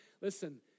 listen